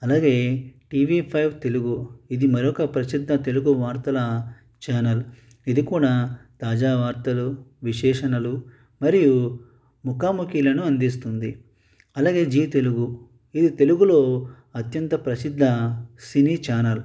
అలాగే TV five Telugu ఇది మరొక ప్రసిద్ధ తెలుగు వార్తల ఛానల్ ఇది కూడా తాజా వార్తలు విశ్లేషణలు మరియు ముఖాముఖిలను అందిస్తుంది అలాగే జీ తెలుగు ఇది తెలుగులో అత్యంత ప్రసిద్ధ సినీ ఛానల్